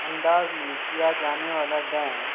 انداز میں کیا جانے والا ڈانس